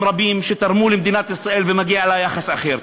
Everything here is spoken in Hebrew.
רבים שתרמו למדינת ישראל ומגיע לה יחס אחר.